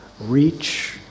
reach